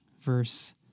verse